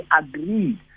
agreed